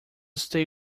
stay